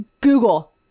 Google